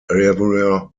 area